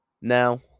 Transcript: Now